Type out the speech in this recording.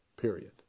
period